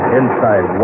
inside